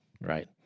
Right